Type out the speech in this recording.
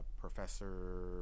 Professor